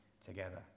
together